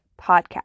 podcast